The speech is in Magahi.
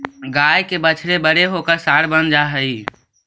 गाय के बछड़े बड़े होकर साँड बन जा हई